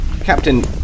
Captain